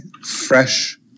fresh